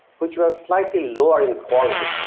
which was likely lower in quality,